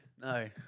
No